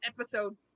episode